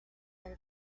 are